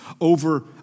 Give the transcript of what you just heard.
over